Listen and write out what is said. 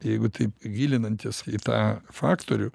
jeigu taip gilinantis į tą faktorių